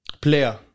Player